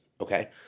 okay